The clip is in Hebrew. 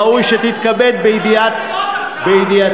ראוי שתתכבד בידיעתו.